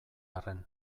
arren